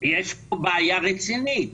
יש פה בעיה רצינית.